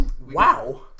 Wow